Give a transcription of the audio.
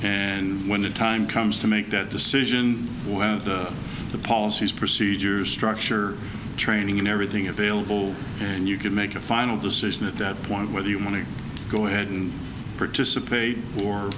and when the time comes to make that decision well the policies procedures structure training everything available and you could make a final decision at that point whether you want to go ahead and participate or